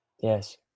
Yes